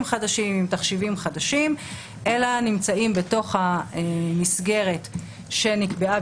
חדשים ותחשיבים חדשים אלא נמצאים בתוך המסגרת שנקבעה